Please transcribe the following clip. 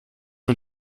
mit